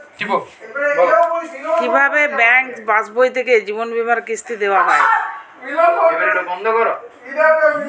কি ভাবে ব্যাঙ্ক পাশবই থেকে জীবনবীমার কিস্তি দেওয়া হয়?